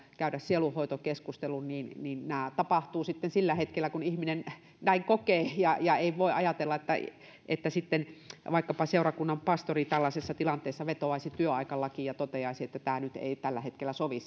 käydä sielunhoitokeskustelun niin niin nämä tapahtuvat sitten sillä hetkellä kun ihminen näin kokee eikä voi ajatella että sitten vaikkapa seurakunnan pastori tällaisessa tilanteessa vetoaisi työaikalakiin ja toteaisi että tämä nyt ei sitten tällä hetkellä sovi